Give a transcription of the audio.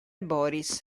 boris